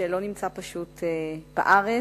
שפשוט לא נמצא בארץ,